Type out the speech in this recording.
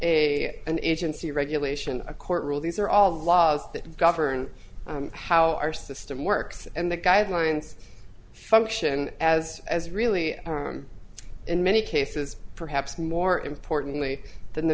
a an agency regulation a court rule these are all the laws that govern how our system works and the guidelines function as as really in many cases perhaps more importantly than the